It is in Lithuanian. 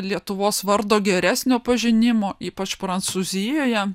lietuvos vardo geresnio pažinimo ypač prancūzijoje